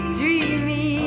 dreamy